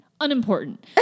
unimportant